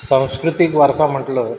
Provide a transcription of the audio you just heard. सांस्कृतिक वारसा म्हटलं